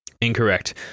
Incorrect